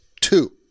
Two